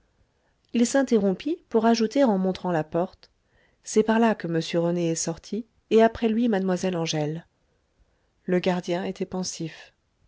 il s'interrompit pour ajouter en montrant la porte c'est par là que m rené est sorti et après lui mlle angèle le gardien était pensif